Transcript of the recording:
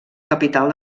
capital